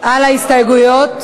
על ההסתייגויות.